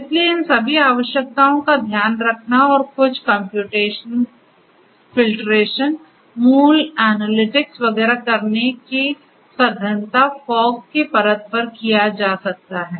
इसलिए इन सभी आवश्यकताओं का ध्यान रखना और कुछ कम्प्यूटेशन फिल्ट्रेशन मूल एनालिटिक्स वगैरह करने की सघनता फॉग की परत पर किया जा सकता है